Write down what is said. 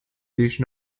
sich